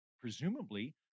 presumably